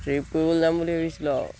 trip কৰিবলৈ যাম বুলি ভাবিছিলোঁ আৰু